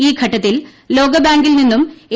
ഈ ഘട്ടത്തിൽ ലോക ബാങ്കിൽ നിന്നും എ